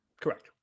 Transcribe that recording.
Correct